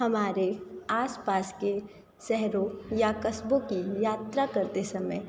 हमारे आसपास के शहरों या कस्बों की यात्रा करते समय